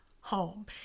home